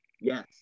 yes